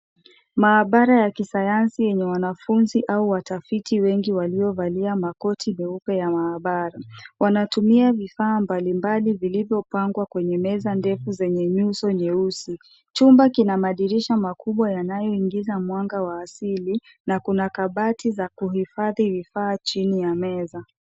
Maabara ya kisayansi yenye wanafunzi au watafiti wengi waliovalia makoti meupe ya maabara. Wanatumia vifaa mbalimbali vilivyopangwa kwenye meza ndefu zenye nyuso nyeusi. Chumba kina madirisha makubwa yanayoingiza mwanga wa asili, na kuna kabati za kuhifadhi vifaa chini ya meza.